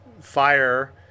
fire